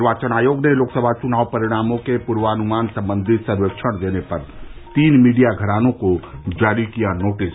निर्वाचन आयोग ने लोकसभा चुनाव परिणामों के पूर्वानुमान संबंधी सर्वेक्षण देने पर तीन मीडिया घरानों को जारी किया नोटिस